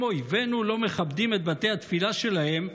אם אויבינו לא מכבדים את בתי התפילה שלהם,